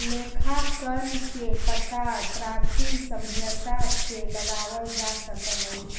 लेखांकन के पता प्राचीन सभ्यता से लगावल जा सकऽ हई